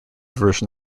version